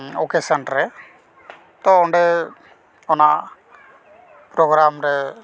occasion ᱨᱮ ᱛᱚ ᱚᱸᱰᱮ ᱚᱱᱟ ᱯᱨᱳᱜᱨᱟᱢ ᱨᱮ